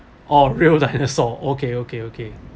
oh real dinosaur okay okay okay